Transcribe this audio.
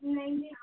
نہیں نہیں